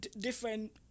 different